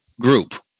group